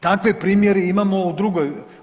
Takve primjere imamo u drugoj.